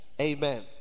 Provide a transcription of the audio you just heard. Amen